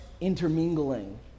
intermingling